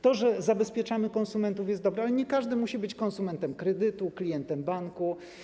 To, że zabezpieczamy konsumentów, jest dobre, ale nie każdy musi być konsumentem kredytu, klientem banku.